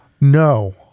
No